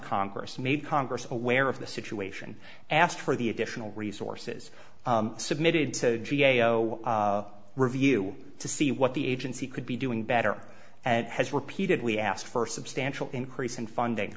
congress made congress aware of the situation asked for the additional resources submitted to g a o review to see what the agency could be doing better and has repeatedly asked for substantial increase in funding